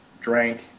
drank